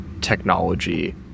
technology